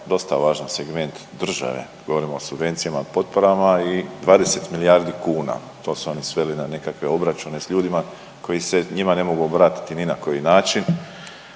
dosta važan segment države, govorimo o subvencijama i potporama i 20 milijardi kuna. To su oni sveli na nekakve obračune s ljudima koji se njima ne mogu obratiti ni na koji način,